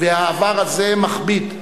והעבר הזה מכביד.